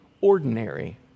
ordinary